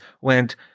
went